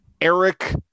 Eric